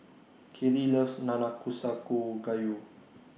Kailey loves Nanakusa Gayu